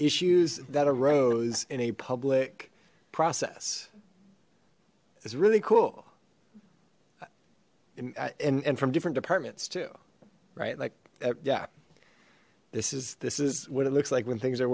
issues that arose in a public process is really cool and and from different departments too right like yeah this is this is what it looks like when things are